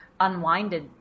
unwinded